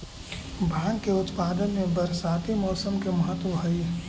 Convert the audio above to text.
भाँग के उत्पादन में बरसाती मौसम के महत्त्व हई